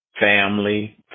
family